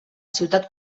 ciutat